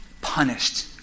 punished